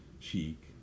cheek